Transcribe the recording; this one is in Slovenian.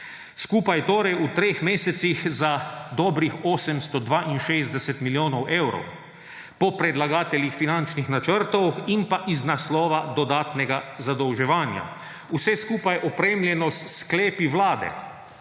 Skupaj torej v treh mesecih za dobrih 862 milijonov evrov po predlagateljih finančnih načrtov in pa iz naslova dodatnega zadolževanja. Vse skupaj opremljeno s sklepi Vlade